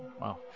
wow